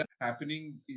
happening